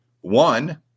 One